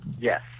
Yes